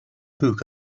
book